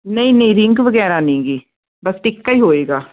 ਨਹੀਂ ਨਹੀਂ ਰਿੰਗ ਵਗੈਰਾ ਨੀਗੀ ਬਸ ਟਿੱਕਾ ਈ ਹੋਏਗਾ